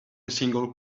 single